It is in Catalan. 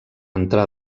entrar